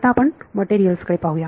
आता आपण मटेरियल्स कडे पाहूया